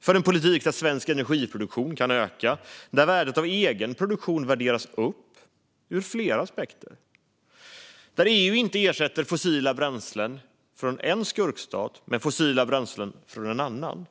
för en politik där svensk energiproduktion kan öka, där värdet av egen produktion värderas upp ur flera aspekter och där EU inte ersätter fossila bränslen från en skurkstat med fossila bränslen från en annan.